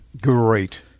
Great